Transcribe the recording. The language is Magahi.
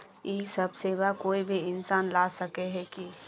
इ सब सेवा कोई भी इंसान ला सके है की?